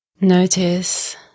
notice